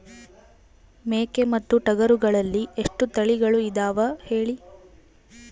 ಮೇಕೆ ಮತ್ತು ಟಗರುಗಳಲ್ಲಿ ಎಷ್ಟು ತಳಿಗಳು ಇದಾವ ಹೇಳಿ?